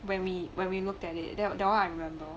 when we when we looked at it that that one I remember